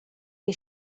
que